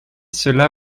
cela